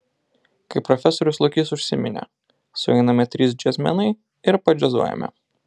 kaip profesorius lukys užsiminė sueiname trys džiazmenai ir padžiazuojame